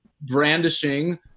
brandishing